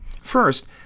First